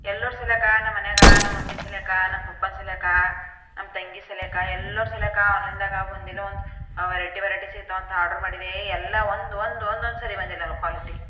ಎಲ್ಲರು ಸೆಳ್ಯಾಕ ನಮ್ಮ ಮನೆಗೆ ನಮ್ಮ ಮಮ್ಮಿ ಸೆಳ್ಯಾಕ ನಮ್ಮ ಪಪ್ಪಾ ಸೆಳ್ಯಾಕ ನಮ್ಮ ತಂಗಿ ಸೆಳ್ಯಾಕ ಎಲ್ಲರ ಸೆಳ್ಯಾಕ ಆನ್ಲೈನ್ದಾಗ ಒಂದಲ್ಲ ಒಂದು ವೆರೈಟಿ ವೆರೈಟಿ ಸಿಗ್ತಾವೆ ಅಂತ ಆರ್ಡರ್ ಮಾಡಿದೆ ಎಲ್ಲ ಒಂದು ಒಂದು ಒಂದೂ ಸರಿ ಬಂದಿಲ್ಲ ಕ್ವಾಲಿಟಿ